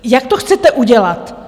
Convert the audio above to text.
Jak to chcete udělat?